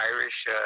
Irish